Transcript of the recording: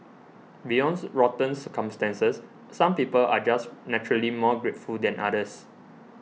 beyond rotten circumstances some people are just naturally more grateful than others